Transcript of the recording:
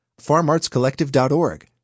FarmArtsCollective.org